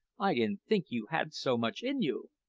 i didn't think you had so much in you!